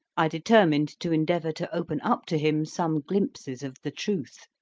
i determined to endeavour to open up to him some glimpses of the truth,